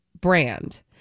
brand